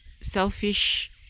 selfish